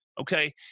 Okay